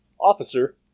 Officer